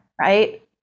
right